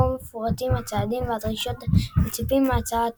בו מפורטים הצעדים והדרישות המצופים מהצעה טובה.